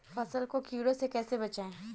फसल को कीड़ों से कैसे बचाएँ?